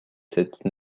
cette